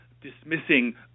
dismissing